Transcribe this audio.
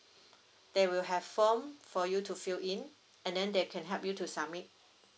there will have form for you to fill in and then they can help you to submit